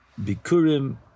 Bikurim